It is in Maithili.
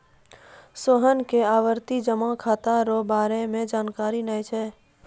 सोहन के आवर्ती जमा खाता रो बारे मे जानकारी नै छै